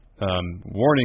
Warning